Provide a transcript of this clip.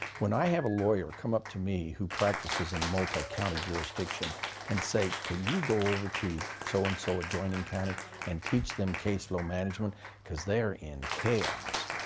when i have a lawyer come up to me who practices in a multi-county jurisdiction and say, can you go over to so and so adjoining county and teach them caseflow management because they're in chaos.